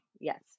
Yes